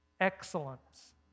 excellence